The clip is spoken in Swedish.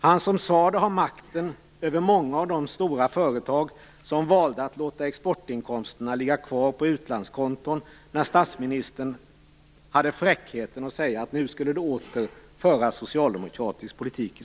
Han som sade detta har makten över många av de stora företag som valde att låta exportinkomsterna ligga kvar på utlandskonton när statsministern hade fräckheten att säga att nu skulle det åter föras socialdemokratisk politik.